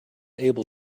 able